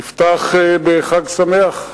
נפתח בחג שמח.